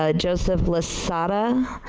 ah joseph lasada.